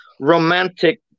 romantic